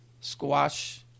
squash